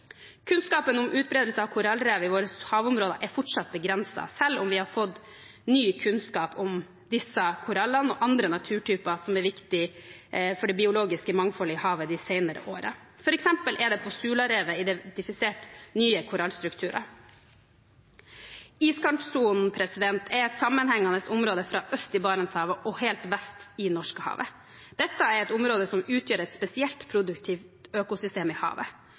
Kunnskapen om utbredelse av korallrev i våre havområder er fortsatt begrenset, selv om vi har fått ny kunnskap om visse koraller og andre naturtyper som er viktige for det biologiske mangfoldet i havet de senere årene. For eksempel er det på Sularevet identifisert nye korallstrukturer. Iskantsonen er et sammenhengende område fra øst i Barentshavet og helt vest i Norskehavet. Dette er et område som utgjør et spesielt produktivt økosystem i havet.